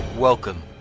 Welcome